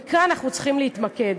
וכאן אנחנו צריכים להתמקד.